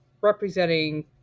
representing